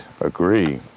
agree